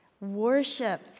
worship